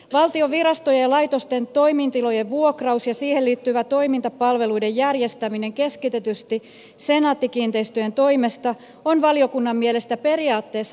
valtion virastojen ja laitosten toimitilojen vuokraus ja siihen liittyvä toimitilapalveluiden järjestäminen keskitetysti senaatti kiinteistöjen toimesta on valiokunnan mielestä periaatteessa tarkoituksenmukaista